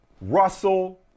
Russell